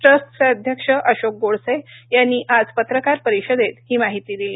ट्रस्टचे अध्यक्ष अशोक गोडसे यांनी आज पत्रकार परिषदेत ही माहिती दिली